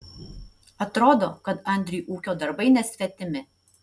atrodo kad andriui ūkio darbai nesvetimi